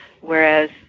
whereas